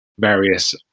various